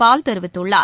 பால் தெரிவித்துள்ளார்